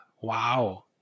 Wow